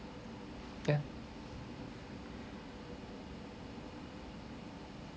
ya